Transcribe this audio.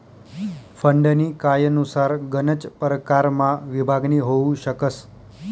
फंडनी कायनुसार गनच परकारमा विभागणी होउ शकस